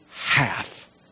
half